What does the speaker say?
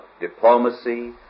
diplomacy